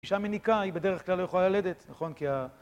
אישה מניקה, היא בדרך כלל לא יכולה ללדת, נכון? כי ה..